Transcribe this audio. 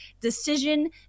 decision